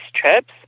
trips